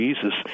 Jesus